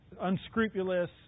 unscrupulous